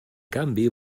canvi